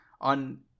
on